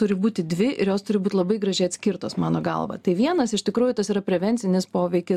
turi būti dvi ir jos turi būt labai gražiai atskirtos mano galva tai vienas iš tikrųjų tas yra prevencinis poveikis